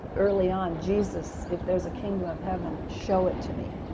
early on, jesus, if there's a kingdom of heaven, show it to me,